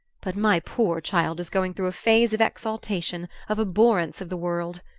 but my poor child is going through a phase of exaltation, of abhorrence of the world.